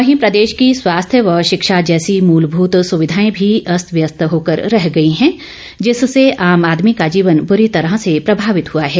वहीं प्रदेश की स्वास्थ्य व शिक्षा जैसी मुलभूत सुविधाए भी अस्त व्यस्त होकर रह गई है जिससे आम आदमी का जीवन बुरी तरह से प्रभावित हुआ है